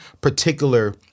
particular